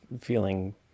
feeling